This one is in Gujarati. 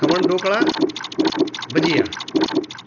ખમણ ઢોકળા ભજીયા